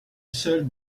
seul